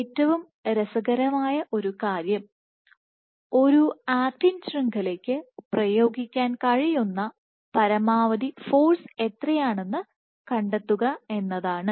ഏറ്റവും രസകരമായ ഒരു കാര്യം ഒരു ആക്റ്റിൻ ശൃംഖലയ്ക്ക് പ്രയോഗിക്കാൻ കഴിയുന്ന പരമാവധി ഫോഴ്സ് എത്രയാണെന്ന് കണ്ടെത്തുക എന്നതാണ്